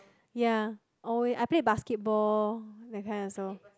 ya or I play basketball that kind also